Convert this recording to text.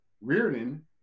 Reardon